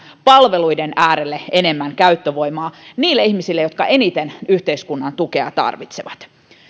palveluiden äärelle enemmän käyttövoimaa niille ihmisille jotka eniten yhteiskunnan tukea tarvitsevat